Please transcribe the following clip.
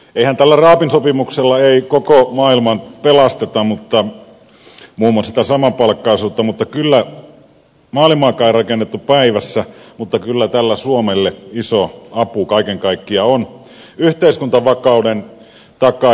eihän tällä raamisopimuksella koko maailmaa pelasteta muun muassa tätä samapalkkaisuutta ja ei kyllä maailmaakaan rakennettu päivässä mutta kyllä tällä suomelle iso apu kaiken kaikkiaan on yhteiskuntavakauden takaajana